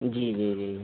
जी जी जी